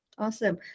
Awesome